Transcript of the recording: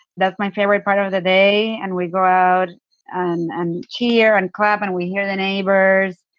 that's my favourite part um of the day and we go out and and cheer and clap and we hear the neighbours.